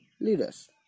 leaders